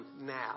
now